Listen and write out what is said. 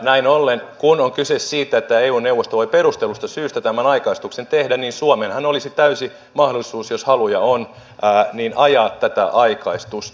näin ollen kun on kyse siitä että eun neuvosto voi perustellusta syystä tämän aikaistuksen tehdä niin suomellahan olisi täysi mahdollisuus jos haluja on ajaa tätä aikaistusta